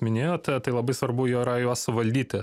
minėjot tai labai svarbu yra juos suvaldyti